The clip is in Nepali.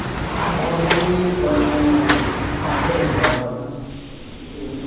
पढ्नु पनि कहिलेकाहीँ अब हुन्छ नि अप्ठ्यारो हुन्छ होइन त्यही हो